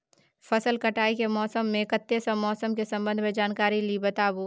फसल काटय के समय मे कत्ते सॅ मौसम के संबंध मे जानकारी ली बताबू?